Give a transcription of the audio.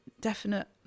definite